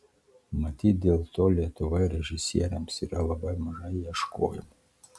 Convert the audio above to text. matyt dėl to lietuvoje režisieriams yra labai mažai ieškojimų